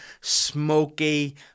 smoky